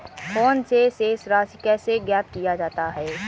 Phone से शेष राशि कैसे ज्ञात किया जाता है?